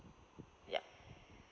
yup